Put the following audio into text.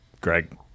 Greg